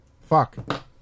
Fuck